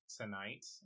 tonight